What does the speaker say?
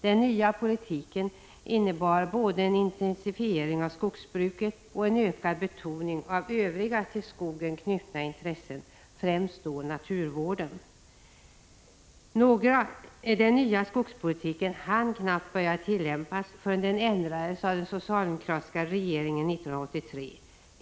Den nya politiken innebar en intencifiering av skogsbruket och en ökad betoning av övriga till skogen knutna intressen, främst då naturvården. Den nya skogspolitiken hann knappt börja tillämpas förrän den ändrades av den socialdemokratiska regeringen 1983.